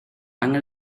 angen